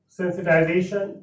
sensitization